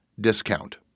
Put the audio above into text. discount